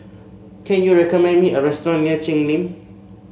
can you recommend me a restaurant near Cheng Lim